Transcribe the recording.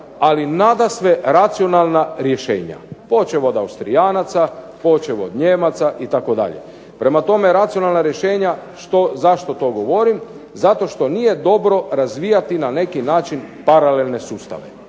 ali nadasve racionalna rješenja počev od Austrijanaca, počev od Nijemaca itd. Prema tome racionalna rješenja što, zašto to govorim? Zato što nije dobro razvijati na neki način paralelne sustave.